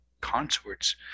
consorts